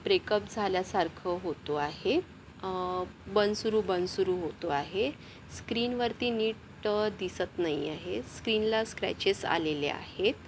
breakup झाल्यासारखं होतो आहे बंद सुरु बंद सुरु होतो आहे स्क्रीनवरती नीट दिसत नाही आहे स्क्रीनला स्क्रॅचेस आलेले आहेत